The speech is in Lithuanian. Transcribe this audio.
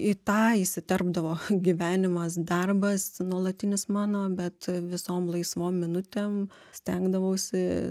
į tą įsiterpdavo gyvenimas darbas nuolatinis mano bet visom laisvom minutėm stengdavausi